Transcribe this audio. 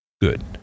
Good